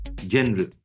General